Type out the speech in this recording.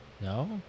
No